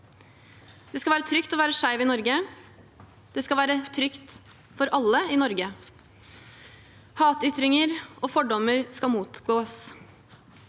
Det skal være trygt å være skeiv i Norge. Det skal være trygt for alle i Norge. Hatytringer og fordommer skal motgås.